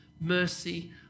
mercy